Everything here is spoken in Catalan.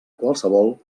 qualsevol